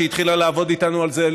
שהתחילה לעבוד איתנו על זה,